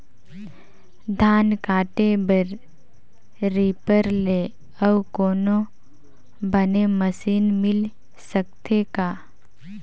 धान काटे बर रीपर ले अउ कोनो बने मशीन मिल सकथे का?